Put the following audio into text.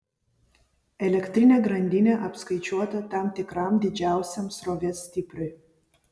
elektrinė grandinė apskaičiuota tam tikram didžiausiam srovės stipriui